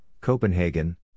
Copenhagen